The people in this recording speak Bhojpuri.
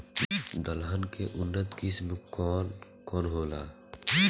दलहन के उन्नत किस्म कौन कौनहोला?